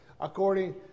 according